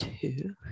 two